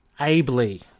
ably